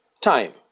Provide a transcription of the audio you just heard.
time